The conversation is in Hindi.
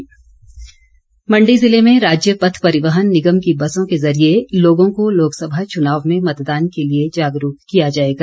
जागरूकता संदेश मण्डी जिले में राज्य पथ परिवहन निगम की बसों के जरिए लोगों को लोकसभा चुनाव में मतदान के लिए जागरूक किया जाएगा